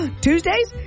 Tuesdays